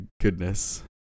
goodness